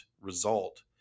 result